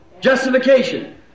justification